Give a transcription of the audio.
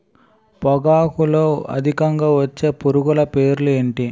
పొగాకులో అధికంగా వచ్చే పురుగుల పేర్లు ఏంటి